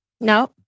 No